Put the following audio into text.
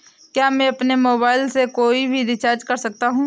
क्या मैं अपने मोबाइल से कोई भी रिचार्ज कर सकता हूँ?